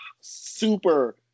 super